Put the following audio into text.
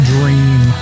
Dream